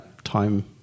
time